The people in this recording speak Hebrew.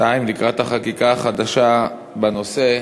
2. לקראת החקיקה החדשה בנושא,